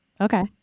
Okay